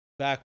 Back